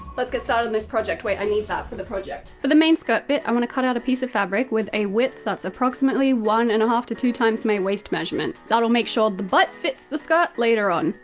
let's get started on this project. wait, i need that for the project. for the main skirt bit, i want to cut out a piece of fabric with a width that's approximately one and a half to two times my waist measurement. that'll make sure the butt fits the skirt later on.